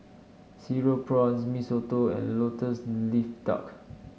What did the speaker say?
Cereal Prawns Mee Soto and lotus leaf duck